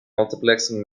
multiplexing